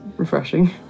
Refreshing